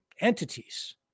entities